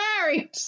married